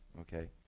Okay